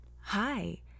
hi